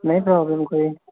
ਨਹੀਂ ਪ੍ਰੋਬਲਮ ਕੋਈ